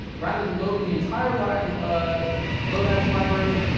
rather than loading the entire like ah lodash library,